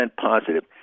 positive